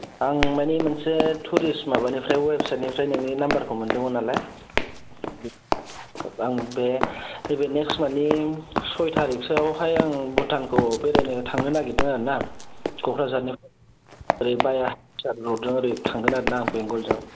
आं माने मोनसे टुरिस्ट माबानिफ्राय अवेबसायटनिफ्राय नोंनि नाम्बारखौ मोनदोंमोन नालाय आं बे नैबे नेक्स्ट मान्थनि सय थारिखासोआवहाय आं भुटानखौ बेरायनो थांनो नागिरदों आरो ना क'क्राझारनिफ्राय ओरै भाया र'डजों थांगोन आरोना बेंगलजों